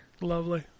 Lovely